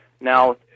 now